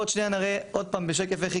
ועוד שנייה נראה עוד פעם בשקף איך היא